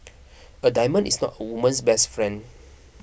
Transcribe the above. a diamond is not a woman's best friend